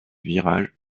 virage